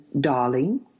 darling